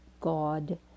God